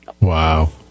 Wow